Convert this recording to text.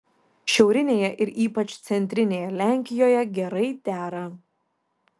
šiaurinėje ir ypač centrinėje lenkijoje gerai dera